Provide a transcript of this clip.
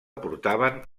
portaven